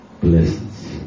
blessings